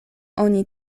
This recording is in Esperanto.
oni